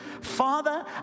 Father